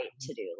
to-do